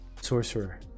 Sorcerer